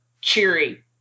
cheery